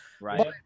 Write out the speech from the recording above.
Right